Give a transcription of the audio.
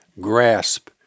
grasp